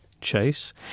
chase